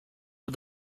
for